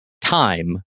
time